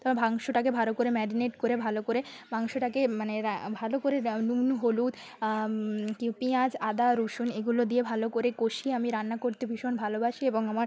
তা ভাংসটাকে ভালো করে ম্যারিনেট করে ভালো করে মাংসটাকে মানে রা ভালো করে রা নুন হলুদ কিউ পিঁয়াজ আদা রসুন এগুলো দিয়ে ভালো করে কষিয়ে আমি রান্না করতে ভীষণ ভালোবাসি এবং আমার